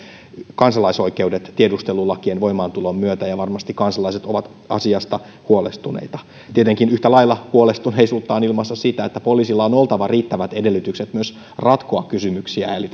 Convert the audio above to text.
kansalaisoikeudet tiedustelulakien voimaantulon myötä ja varmasti kansalaiset ovat asiasta huolestuneita tietenkin yhtä lailla huolestuneisuutta on ilmassa siitä että poliisilla on oltava myös riittävät edellytykset ratkoa kysymyksiä eli